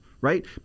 right